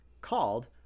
called